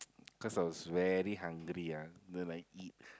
cause I was very hungry ah then I eat